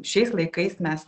šiais laikais mes